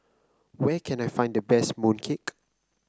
where can I find the best mooncake